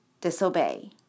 disobey